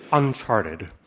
uncharted.